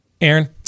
Aaron